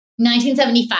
1975